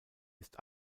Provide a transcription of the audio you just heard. ist